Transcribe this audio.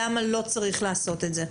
למה לא צריך לעשות את זה.